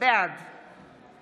בעד